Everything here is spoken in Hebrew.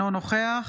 אינו נוכח